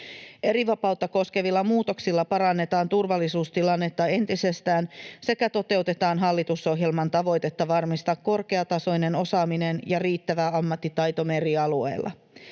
Erivapautta koskevilla muutoksilla parannetaan turvallisuustilannetta entisestään sekä toteutetaan hallitusohjelman tavoitetta varmistaa korkeatasoinen osaaminen ja riittävä ammattitaito merialueilla.